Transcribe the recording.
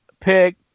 pick